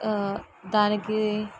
దానికి